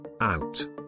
out